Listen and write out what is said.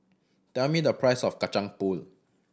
tell me the price of Kacang Pool